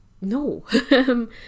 No